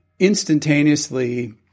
instantaneously